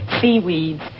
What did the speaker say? seaweeds